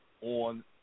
on